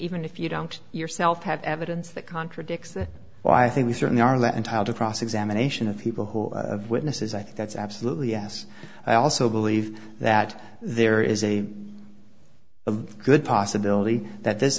even if you don't yourself have evidence that contradicts that well i think we certainly are let into how to cross examination of people who are witnesses i think that's absolutely yes i also believe that there is a good possibility that this